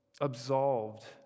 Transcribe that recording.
absolved